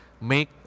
make